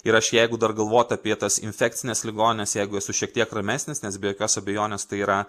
ir aš jeigu dar galvot apie tas infekcines ligonines jeigu esu šiek tiek ramesnis nes be jokios abejonės tai yra